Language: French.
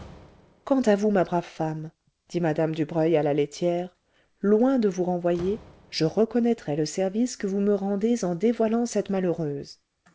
quant à vous ma brave femme dit mme dubreuil à la laitière loin de vous renvoyer je reconnaîtrai le service que vous me rendez en dévoilant cette malheureuse